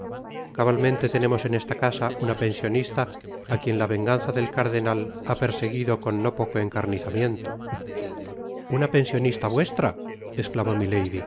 cabalmente tenemos en esta casa una pensionista á quien la venganza del cardenal ha perseguido con no poco encarnizamiento una pensionista vuestra esclamó